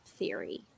theory